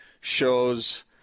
shows